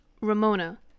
ramona